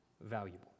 valuable